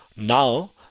now